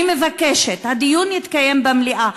אני מבקשת שהדיון יתקיים במליאה.